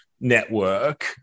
network